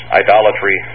idolatry